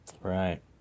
right